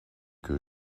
que